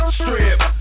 strip